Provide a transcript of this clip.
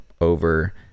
over